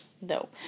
No